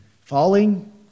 Falling